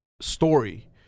story